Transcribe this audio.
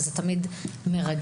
וזה תמיד מרגש.